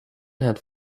het